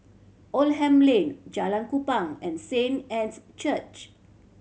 Oldham Lane Jalan Kupang and Saint Anne's Church